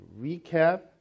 recap